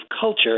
culture